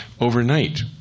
overnight